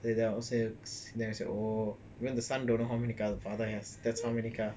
இதான்:idhan oh even the son don't know how many cars the father has that's how many car